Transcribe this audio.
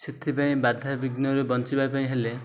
ସେଥିପାଇଁ ବାଧା ବିଘ୍ନରେ ବଞ୍ଚିବା ପାଇଁ ହେଲେ